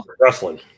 wrestling